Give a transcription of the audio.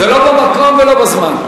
זה לא במקום ולא בזמן.